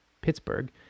Pittsburgh